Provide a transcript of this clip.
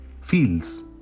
feels